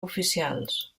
oficials